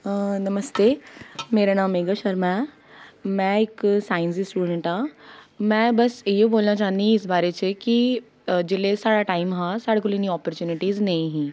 नमस्ते मेरे नाम मेघा शर्मा ऐ में इक साइंस दी स्टूडेंट आं में बस इ'यै बोलना चाह्न्नी इस बारे च कि जेल्लै साढ़ा टाइम हा साढ़े कोल इ'न्नी अपॉर्चुनिटिस नेईं ही